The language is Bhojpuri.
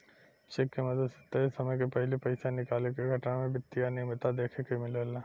चेक के मदद से तय समय के पाहिले पइसा निकाले के घटना में वित्तीय अनिमियता देखे के मिलेला